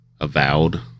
Avowed